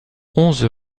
onze